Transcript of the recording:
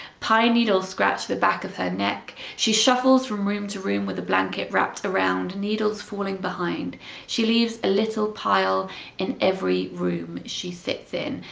pine needles scratched the back of her neck. she shuffles from room to room with a blanket wrapped around her, needles falling behind she leaves a little pile in every room she sits in.